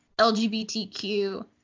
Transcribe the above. LGBTQ